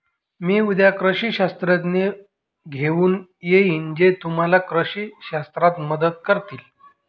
मी उद्या कृषी शास्त्रज्ञ घेऊन येईन जे तुम्हाला कृषी शास्त्रात मदत करतील